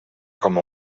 com